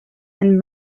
and